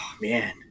man